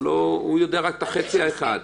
הוא יודע רק חצי אחד,